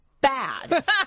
bad